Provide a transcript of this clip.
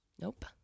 Nope